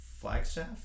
Flagstaff